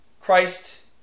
Christ